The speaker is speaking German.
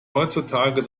heutzutage